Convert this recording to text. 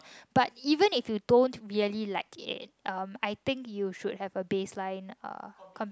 but even if you don't really like it um I think you should have a baseline uh